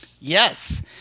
Yes